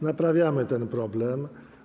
Naprawiamy ten problem.